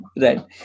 Right